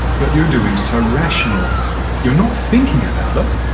but you're doing so rationally you're not thinking about it,